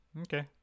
Okay